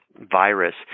virus